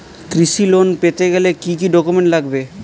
কৃষি লোন পেতে গেলে কি কি ডকুমেন্ট লাগবে?